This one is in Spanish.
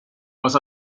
más